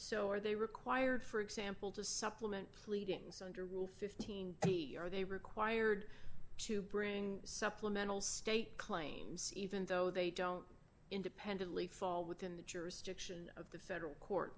so are they required for example to supplement pleadings under rule fifteen are they required to bring supplemental state claims even though they don't independently fall within the jurisdiction of the federal court